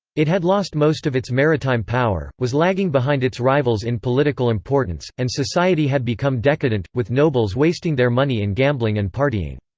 it had lost most of its maritime power, was lagging behind its rivals in political importance, and society had become decadent, with nobles wasting their money in gambling and partying.